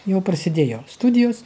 jau prasidėjo studijos